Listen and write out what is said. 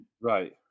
Right